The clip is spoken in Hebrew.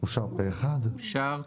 הצבעה אושר.